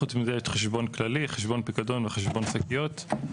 חוץ מזה, חשבון כללי, חשבון פיקדון וחשבון שקיות.